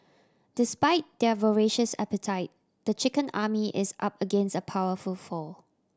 despite their voracious appetite the chicken army is up against a powerful foe